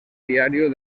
diario